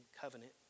covenant